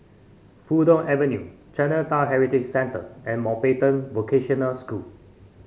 Fulton Avenue Chinatown Heritage Centre and Mountbatten Vocational School